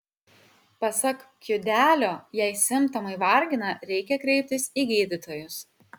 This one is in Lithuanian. pasak kiudelio jei simptomai vargina reikia kreiptis į gydytojus